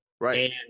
Right